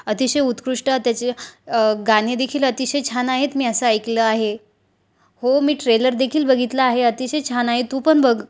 अतिशय उत्कृष्ट त्याचे गाणेदेखील अतिशय छान आहेत मी असं ऐकलं आहे हो मी ट्रेलर देखील बघितला आहे अतिशय छान आहे तू पण बघ